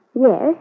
yes